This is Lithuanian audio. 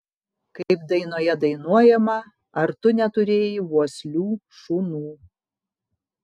kaip dainoje dainuojama ar tu neturėjai vuoslių šunų